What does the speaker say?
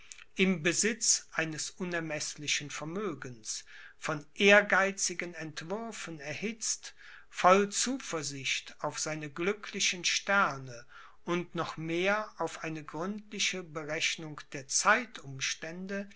im besitz eines unermeßlichen vermögens von ehrgeizigen entwürfen erhitzt voll zuversicht auf seine glücklichen sterne und noch mehr auf eine gründliche berechnung der